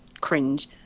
cringe